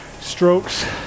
strokes